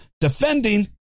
defending